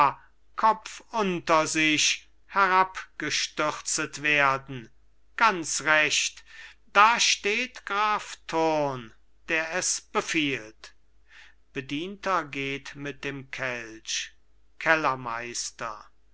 kopf unter sich herabgestürzet werden ganz recht da steht graf thurn der es befiehlt bedienter geht mit dem kelch kellermeister